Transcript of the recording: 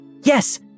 Yes